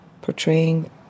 portraying